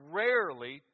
rarely